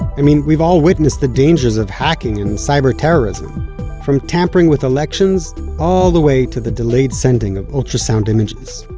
i mean, we've all witnessed the dangers of hacking and cyber terrorism from tampering with elections all the way to the delayed sending of ultrasound images.